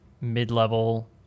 mid-level